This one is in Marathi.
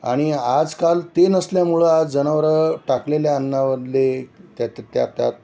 आणि आजकाल ते नसल्यामुळं आज जनावरं टाकलेल्या अन्नामधले त्यात त्या त्यात